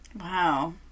Wow